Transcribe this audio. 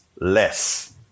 less